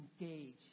engage